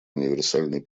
универсальной